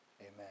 amen